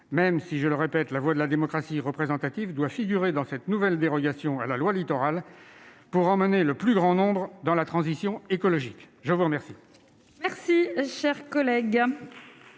même si, je le répète, la voix de la démocratie représentative doit figurer dans cette nouvelle dérogation à la loi Littoral pour emmener le plus grand nombre dans la transition écologique. La parole